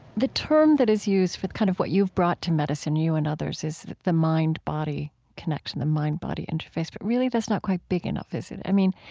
the term that is used with kind of what you've brought to medicine you and others is the mind body connection, the mind body interface. but really that's not quite big enough, is it? i mean,